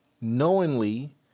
knowingly